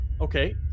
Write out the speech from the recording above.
Okay